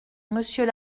monsieur